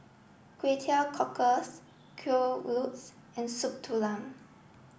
Kway Teow Cockles Kuih Lopes and soup Tulang